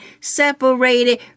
separated